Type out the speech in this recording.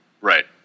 Right